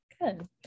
Good